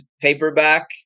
paperback